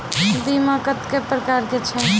बीमा कत्तेक प्रकारक छै?